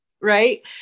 right